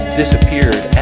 disappeared